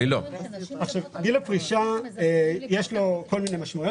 לגיל הפרישה יש כל מיני משמעויות